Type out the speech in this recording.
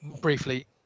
briefly